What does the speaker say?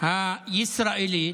הישראלית